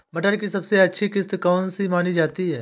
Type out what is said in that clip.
मटर की सबसे अच्छी किश्त कौन सी मानी जाती है?